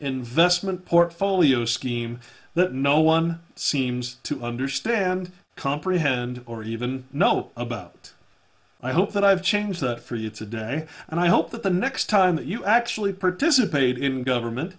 investment portfolio scheme that no one seems to understand comprehend or even know about i hope that i've changed that for you today and i hope that the next time that you actually participate in government